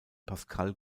pascal